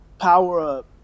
power-up